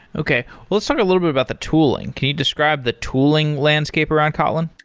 okay. let's talk a little bit about the tooling. can you describe the tooling landscape around kotlin?